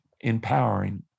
empowering